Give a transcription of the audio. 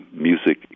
music